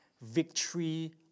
victory